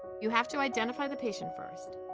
you have to identify the patient first.